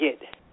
get